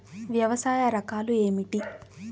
వ్యవసాయ రకాలు ఏమిటి?